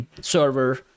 server